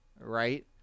right